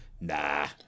nah